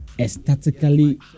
aesthetically